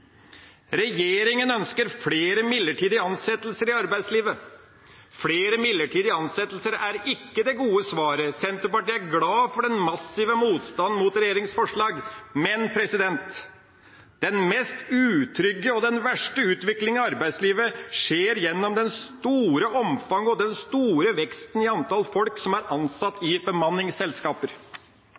ønsker flere midlertidige ansettelser i arbeidslivet. Flere midlertidige ansettelser er ikke det gode svaret. Senterpartiet er glad for den massive motstanden mot regjeringas forslag, men den mest utrygge og verste utviklinga i arbeidslivet skjer gjennom det store omfang av og den store veksten i antall folk som er ansatt i bemanningsselskaper.